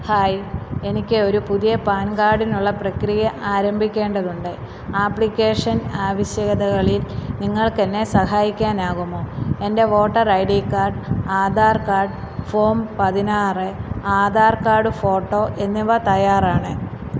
hi എനിക്ക് ഒരു പുതിയ പാൻ കാർഡിനുള്ള പ്രക്രിയ ആരംഭിക്കേണ്ടതുണ്ട് ആപ്ലിക്കേഷൻ ആവശ്യകതകളിൽ നിങ്ങൾക്ക് എന്നെ സഹായിക്കാനാകുമോ എൻ്റെ voter I D card Aadhaar card form പതിനാറ് ആധാർ കാർഡ് ഫോട്ടോ എന്നിവ തയ്യാറാണ്